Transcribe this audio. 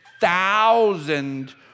Thousand